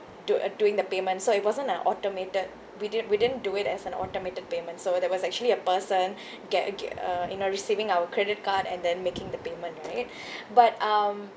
do uh doing the payment so it wasn't like automated we didn't we didn't do it as an automated payments so there was actually a person get ag~ uh you know receiving our credit card and then making the payment right but um